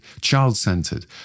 child-centered